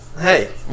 Hey